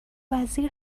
وزیر